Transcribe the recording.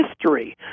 history